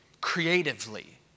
creatively